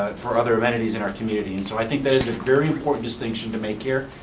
for other amenities in our community, and so i think that is a very important distinction to make here.